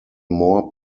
more